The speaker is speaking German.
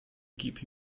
gpu